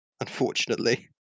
unfortunately